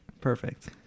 Perfect